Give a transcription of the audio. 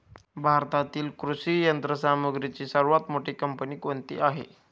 भारतातील कृषी यंत्रसामग्रीची सर्वात मोठी कंपनी कोणती आहे?